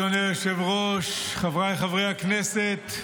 אדוני היושב-ראש, חבריי חברי הכנסת,